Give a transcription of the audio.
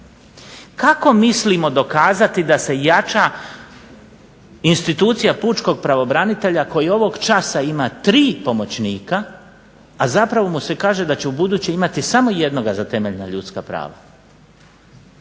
Kako mislimo dokazati da se jača institucija pučkog pravobranitelja koji ovog časa ima tri pomoćnika, a zapravo mu se kaže da će ubuduće imati samo jednog za temeljna ljudska prava?